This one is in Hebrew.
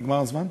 נגמר הזמן?